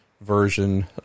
version